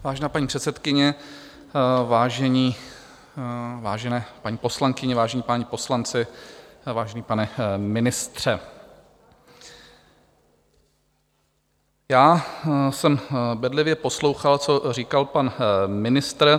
Vážená paní předsedkyně, vážené paní poslankyně, vážení páni poslanci, vážený pane ministře, já jsem bedlivě poslouchal, co říkal pan ministr.